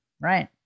Right